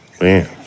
Man